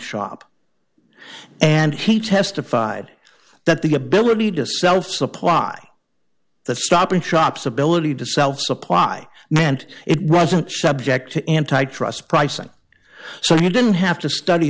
shop and he testified that the ability to self supply the stopping shops ability to self supply meant it wasn't subject to antitrust pricing so you didn't have to study